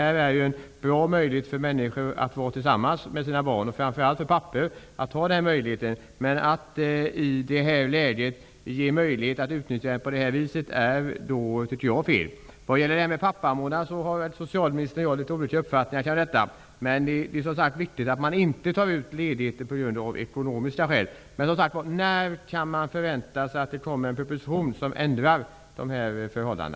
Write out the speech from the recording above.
Systemet ger ju en bra möjlighet för människor att vara tillsammans med sina barn, framför allt för papporna. Det är fel att det är möjligt att utnyttja systemet på det här viset. Socialministern och jag har litet olika uppfattningar kring detta med ''pappamånad'', men det är viktigt att man inte tar ut ledigheten på grund av ekonomiska skäl. När kan vi förvänta oss att det kommer en proposition som ändrar dessa förhållanden?